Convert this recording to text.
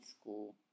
school